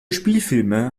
spielfilme